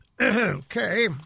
Okay